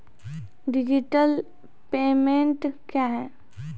Digital payment क्या हैं?